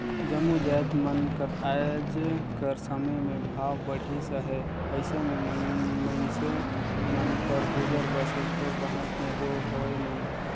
जम्मो जाएत मन कर आएज कर समे में भाव बढ़िस अहे अइसे में मइनसे मन कर गुजर बसर थोर बहुत में दो होए नई